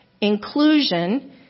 Inclusion